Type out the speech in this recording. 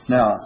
Now